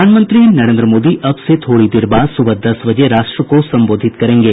प्रधानमंत्री नरेन्द्र मोदी अब से थोड़ी देर बाद सुबह दस बजे राष्ट्र को सम्बोधित करेंगे